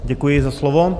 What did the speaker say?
Děkuji za slovo.